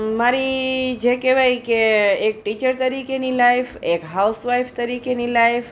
મારી જે કહેવાય કે એક ટીચર તરીકેની લાઈફ એક હાઉસ વાઈફ તરીકેની લાઈફ